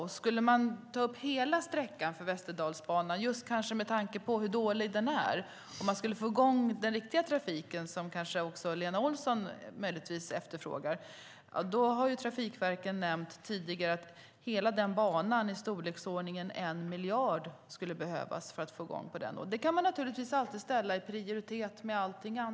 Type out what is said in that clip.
Om man skulle ta upp hela sträckan på Västerdalsbanan, med tanke på hur dålig den är, och få i gång den riktiga trafiken - som kanske också Lena Olsson efterfrågar - har Trafikverket tidigare nämnt att det skulle behövas i storleksordningen en miljard för att få i gång hela den banan. Där är det naturligtvis också fråga om prioritet.